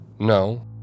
No